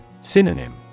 Synonym